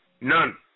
None